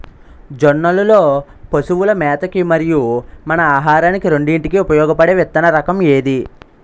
జొన్నలు లో పశువుల మేత కి మరియు మన ఆహారానికి రెండింటికి ఉపయోగపడే విత్తన రకం ఏది?